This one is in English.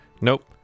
nope